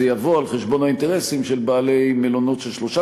זה יבוא על חשבון האינטרסים של בעלי מלונות של שלושה